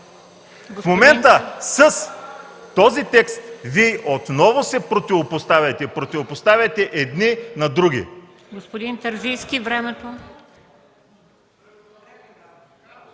В момента с този текст Вие отново противопоставяте – противопоставяте едни на други.